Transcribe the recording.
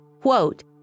quote